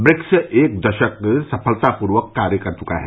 BRICS एक दशक सफलतापूर्वक पूरा कर चुका है